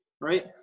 right